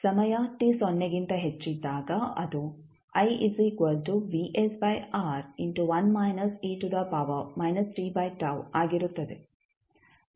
ಸಮಯ t ಸೊನ್ನೆಗಿಂತ ಹೆಚ್ಚಿದ್ದಾಗ ಅದು ಆಗಿರುತ್ತದೆ